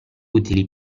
utili